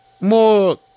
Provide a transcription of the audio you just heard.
more